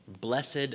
blessed